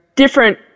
Different